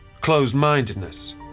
closed-mindedness